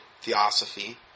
Theosophy